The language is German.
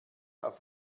auf